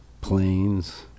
planes